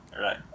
right